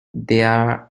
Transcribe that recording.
there